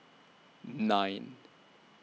nine